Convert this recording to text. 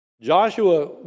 Joshua